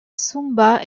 sumba